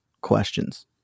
questions